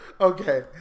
Okay